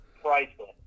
Priceless